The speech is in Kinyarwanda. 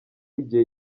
igihe